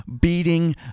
beating